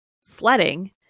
sledding